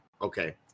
Okay